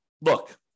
look